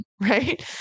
right